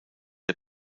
der